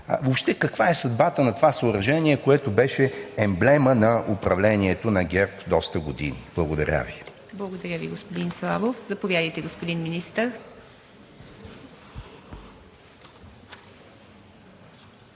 Въобще каква е съдбата на това съоръжение, което беше емблема на управлението на ГЕРБ доста години? Благодаря Ви. ПРЕДСЕДАТЕЛ ИВА МИТЕВА: Благодаря Ви, господин Славов. Заповядайте, господин Министър.